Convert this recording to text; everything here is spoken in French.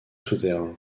souterrain